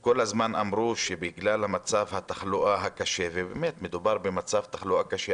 כל הזמן אמרו שבגלל מצב התחלואה הקשה ובאמת מדובר במצב תחלואה קשה,